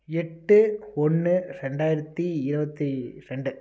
எட்டு ஒன்று ரெண்டாயிரத்தி இருபத்தி ரெண்டு